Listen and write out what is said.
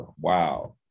wow